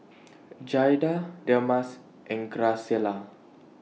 Jaeda Delmas and Graciela